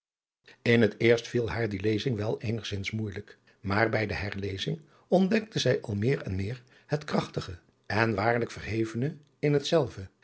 in het eerst viel haar die lezing wel eenigzins moeijelijk maar bij de herlezing ontdekte zij al adriaan loosjes pzn het leven van hillegonda buisman meer en meer het krachtige en waarlijk verhevene in hetzelve